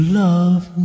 love